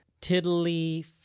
tiddly